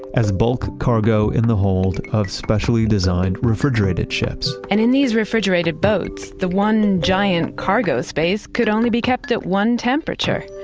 as bulk cargo in the hold of specially designed refrigerated ships and in these refrigerated boats, the one giant cargo space could only be kept at one temperature.